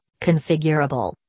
configurable